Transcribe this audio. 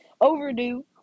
Overdue